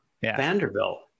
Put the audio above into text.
Vanderbilt